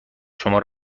شما